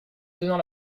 tenant